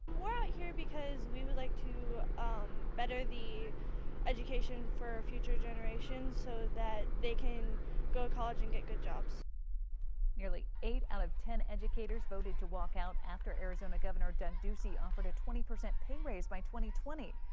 yeah out here because we would like to better the education for future generations so that they can go to college and get good jobs. lauren nearly eight out of ten educators voted to walk out after arizona governor doug ducey offered a twenty percent pay raise by twenty twenty.